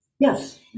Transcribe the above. Yes